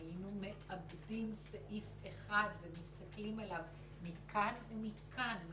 היינו מאוד מעבדים סעיף אחד ומסתכלים עליו מכאן ומכאן,